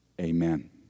amen